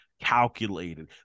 calculated